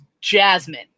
Jasmine